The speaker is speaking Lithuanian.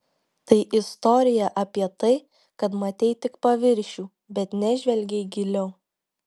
tai istorija apie tai kad matei tik paviršių bet nežvelgei giliau